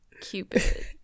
Cupid